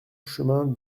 chemin